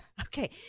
Okay